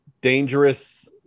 dangerous